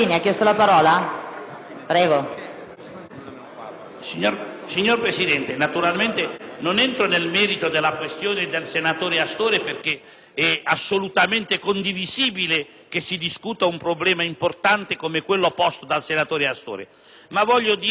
Signora Presidente, naturalmente non entro nel merito della questione posta dal senatore Astore, perché è assolutamente condivisibile che si discuta un problema importante come quello da lui posto, ma voglio precisare in che termini sta la questione.